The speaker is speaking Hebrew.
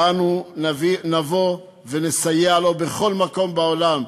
אנו נבוא ונסייע לו בכל מקום בעולם,